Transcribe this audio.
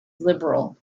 liberal